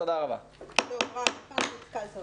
הישיבה ננעלה בשעה 13:20.